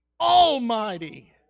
almighty